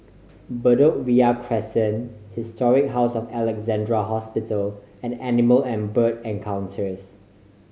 Bedok Ria Crescent Historic House of Alexandra Hospital and Animal and Bird Encounters